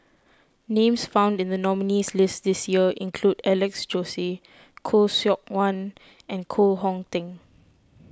names found in the nominees' list this year include Alex Josey Khoo Seok Wan and Koh Hong Teng